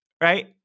right